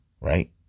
Right